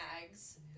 Mags